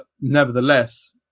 nevertheless